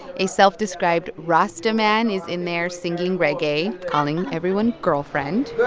a self-described rasta man is in there singing reggae, calling everyone girlfriend